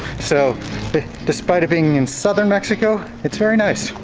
so despite it being in southern mexico, it's very nice.